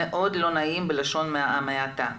אם אין מרשם אנחנו לא יודעים מה קרה אחר כך,